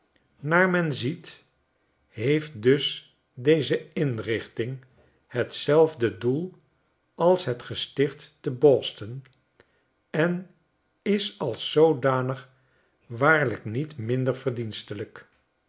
naar men ziet heeft dus deze inrichting hetzelfde doel als het gesticht te boston en is als zoodanig waarlijk niet minder verdienstelijk